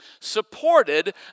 supported